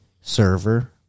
server